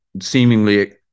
seemingly